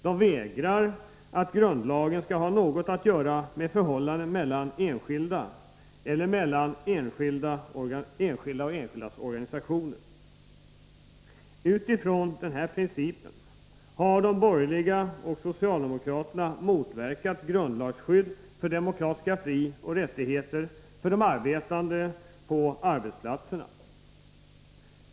De vägrar acceptera att grundlagen skall ha något att göra med förhållanden mellan enskilda eller mellan enskilda och enskildas organisationer. Utifrån denna princip har de borgerliga och socialdemokraterna motverkat grundlagsskydd för demokratiska frioch rättigheter för de arbetande på arbetsplatserna.